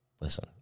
listen